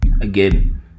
Again